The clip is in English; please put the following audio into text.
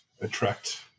attract